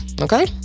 Okay